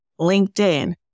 LinkedIn